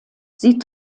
sie